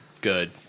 good